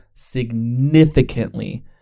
significantly